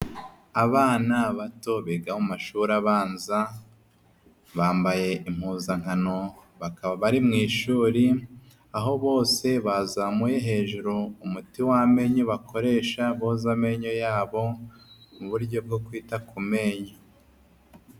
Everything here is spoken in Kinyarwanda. Abana bato biga mu mashuri abanza, bambaye impuzankano bakaba bari mu ishuri, aho bose bazamuye hejuru umuti w'amenyo bakoresha, boza amenyo yabo, mu buryo bwo kwita ku menyo.